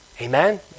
Amen